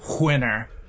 Winner